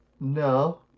No